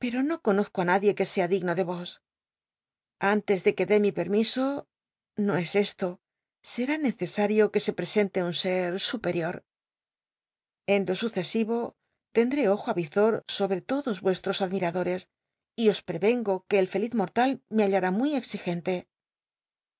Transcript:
no conozco á nadie que sea digno de vos antes de que dé mi pe miso no es esto será necesario que se presente un ser superior en lo sucesivo tendré ojo avizor sobre todos vuestros admil tdo cs y os prevengo que el feliz morlal me hallará muyexigente